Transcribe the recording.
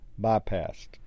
bypassed